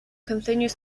continues